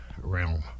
realm